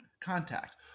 contact